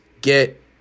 get